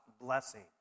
blessing